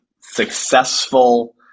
successful